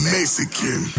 Mexican